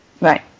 right